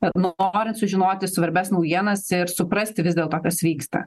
kad norint sužinoti svarbias naujienas ir suprasti vis dėlto kas vyksta